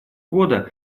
года